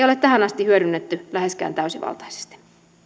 ole tähän asti hyödynnetty läheskään täysivaltaisesti